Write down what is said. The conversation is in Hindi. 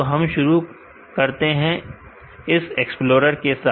तो हम शुरू करते हैं इस एक्सप्लोरर के साथ